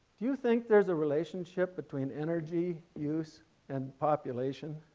do you think there's a relationship between energy use and population?